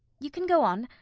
you can go on.